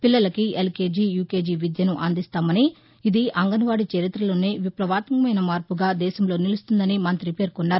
పిల్లలకి LKG UKG విద్యను అందిస్తామని ఇది అంగన్వాడీ చరితలోనే విప్లవాత్మకమైన మార్పుగా దేశంలో నిలుస్తుందని మంతి పేర్కొన్నారు